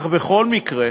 אך בכל מקרה